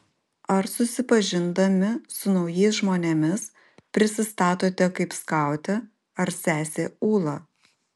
ar susipažindami su naujais žmonėmis prisistatote kaip skautė arba sesė ūla